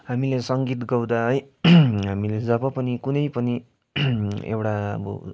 हामीले सङ्गीत गाउँदा है हामीले जब पनि कुनै पनि एउटा अब